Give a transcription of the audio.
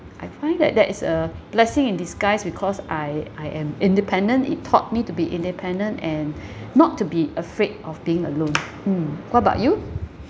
I find that that is a blessing in disguise because I I am independent it taught me to be independent and not to be afraid of being alone mm what about you